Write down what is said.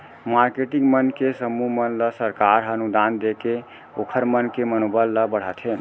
marketing मन के समूह मन ल सरकार ह अनुदान देके ओखर मन के मनोबल ल बड़हाथे